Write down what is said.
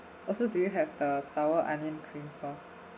also do you have the sour onion cream sauce